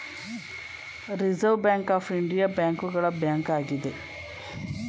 reserve bank of India ಬ್ಯಾಂಕುಗಳ bank ಆಗಿದೆ